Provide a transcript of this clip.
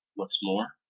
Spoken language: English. what's more,